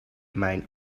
mijn